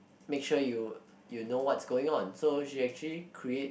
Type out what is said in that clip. make sure you you know what's going on so she actually creates